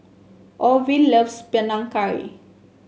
Orvil loves Panang Curry